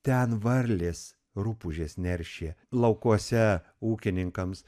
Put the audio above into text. ten varlės rupūžės neršė laukuose ūkininkams